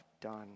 done